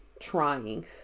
trying